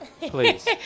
please